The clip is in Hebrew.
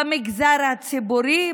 במגזר הציבורי,